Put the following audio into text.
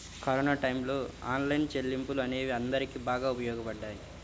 corona టైయ్యంలో online చెల్లింపులు అనేవి అందరికీ బాగా ఉపయోగపడ్డాయి